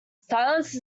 silence